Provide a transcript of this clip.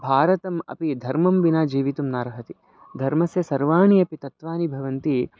भारतम् अपि धर्मं विना जीवितुं नार्हति धर्मस्य सर्वाणि अपि तत्वानि भवन्ति